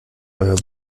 euer